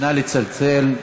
נא לצלצל.